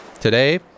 Today